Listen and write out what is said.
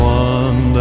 one